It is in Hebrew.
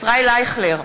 ישראל אייכלר,